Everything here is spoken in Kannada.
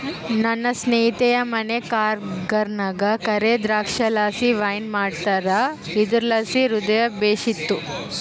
ನನ್ನ ಸ್ನೇಹಿತೆಯ ಮನೆ ಕೂರ್ಗ್ನಾಗ ಕರೇ ದ್ರಾಕ್ಷಿಲಾಸಿ ವೈನ್ ಮಾಡ್ತಾರ ಇದುರ್ಲಾಸಿ ಹೃದಯ ಬೇಶಿತ್ತು